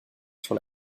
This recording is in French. sur